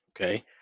okay